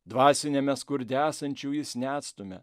dvasiniame skurde esančių jis neatstumia